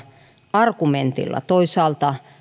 argumentilla toisaalta